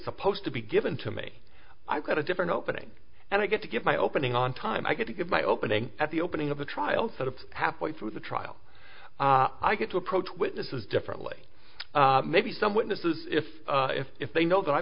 supposed to be given to me i've got a different opening and i get to get my opening on time i get to get my opening at the opening of the trial sort of halfway through the trial i get to approach witnesses differently maybe some witnesses if if if they know that